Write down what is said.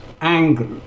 angle